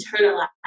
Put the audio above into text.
internalize